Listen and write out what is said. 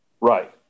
Right